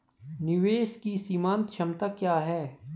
निवेश की सीमांत क्षमता क्या है?